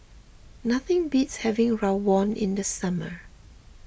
nothing beats having Rawon in the summer